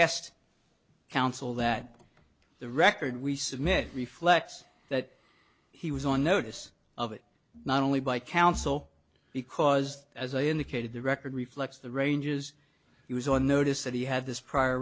asked counsel that the record we submit reflects that he was on notice of it not only by counsel because as i indicated the record reflects the ranges he was on notice that he had this prior